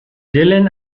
dillon